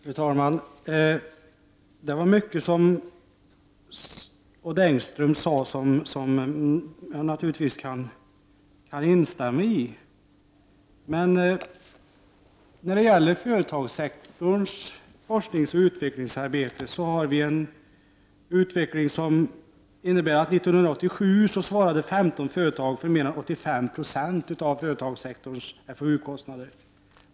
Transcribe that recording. Fru talman! Mycket av det Odd Engström sade kan man naturligtvis instämma i. Men när det gäller forskningsoch utvecklingsarbete inom företagssektorn så har vi en utveckling som innebär att 1987 svarade 15 företag för mer än 85 20 av företagssektorns FoU-kostnader.